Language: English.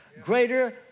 Greater